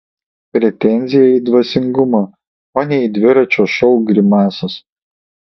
pretenzija į dvasingumą o ne į dviračio šou grimasas